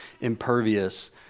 impervious